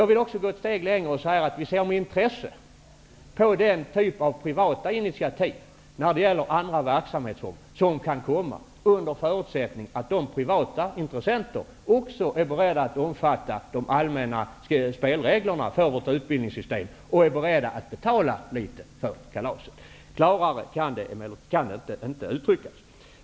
Jag vill gå ett steg längre och säga: Vi ser med intresse på den typ av privata initiativ som kan komma när det gäller andra verksamheter, under förutsättning att de privata intressenterna också är beredda att omfatta de allmänna spelreglerna för ett utbildningssystem och är beredda att betala litet för kalaset. Klarare kan det inte uttryckas.